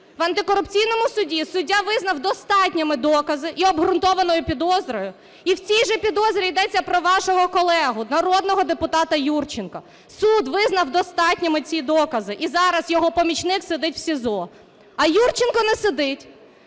в антикорупційному суді, суддя визнав достатніми докази і обґрунтованою підозрою. І в цій же підозрі йдеться про вашого колегу народного депутата Юрченка. Суд визнав достатніми ці докази, і зараз його помічник сидить в СІЗО. А Юрченко не сидить,